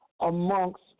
amongst